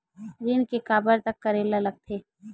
ऋण के काबर तक करेला लगथे?